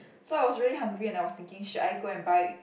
so I was really hungry and I was thinking should I go and buy